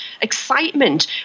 excitement